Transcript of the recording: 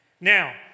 Now